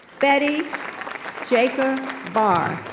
betty jaker barr.